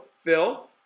Phil